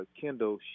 Kendall